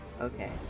Okay